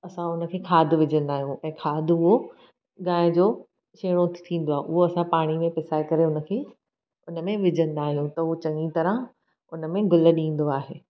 असां उन खे खाद विझंदा आहियूं ऐं खाद उहो गांइ जो छेणो थींदो आहे उहो असां पाणी में पिसाए करे उन खे उन में विझंदा आहियूं त हुओ चङी तरह उन में गुल ॾींदो आहे